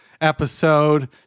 episode